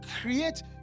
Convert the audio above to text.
create